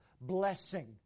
Blessing